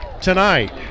tonight